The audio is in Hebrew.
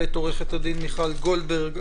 ואת עורכת הדין מיכל גולדברג,